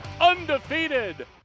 undefeated